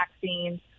vaccines